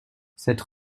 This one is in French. cette